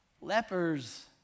Lepers